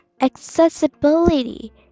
accessibility